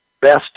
best